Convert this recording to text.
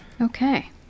Okay